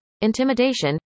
intimidation